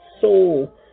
soul